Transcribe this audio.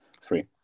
free